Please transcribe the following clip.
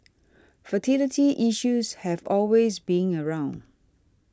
fertility issues have always been around